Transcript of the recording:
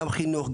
גם חינוך,